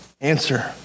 Answer